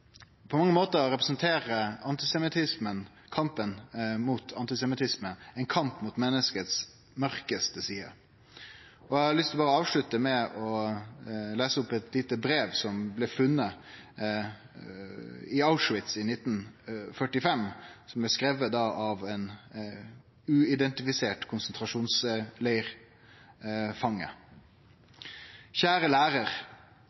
På mange måtar representerer kampen mot antisemittisme ein kamp mot menneskets mørkaste sider. Eg har lyst til å avslutte med å lese opp eit lite brev som blei funne i Auschwitz i 1945, skrive av ein uidentifisert konsentrasjonsleirfange: «Kjære Lærer! Jeg er overlevende fra en konsentrasjonsleir.